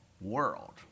world